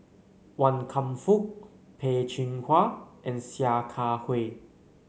Wan Kam Fook Peh Chin Hua and Sia Kah Hui